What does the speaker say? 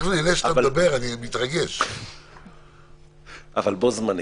אבל בו זמנית,